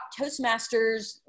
Toastmasters